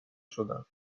شدن